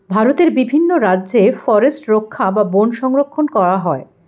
ভারতের বিভিন্ন রাজ্যে ফরেস্ট রক্ষা বা বন সংরক্ষণ করা হয়